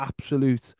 absolute